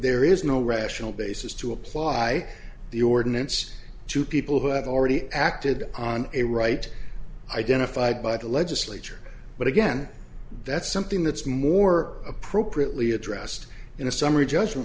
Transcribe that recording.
there is no rational basis to apply the ordinance to people who have already acted on a right identified by the legislature but again that's something that's more appropriately addressed in a summary judgment